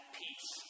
peace